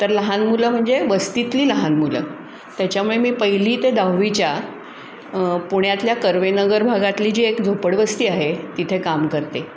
तर लहान मुलं म्हणजे वस्तीतली लहान मुलं त्याच्यामुळे मी पहिली ते दहावीच्या पुण्यातल्या कर्वेनगर भागातली जी एक झोपडवस्ती आहे तिथे काम करते